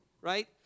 right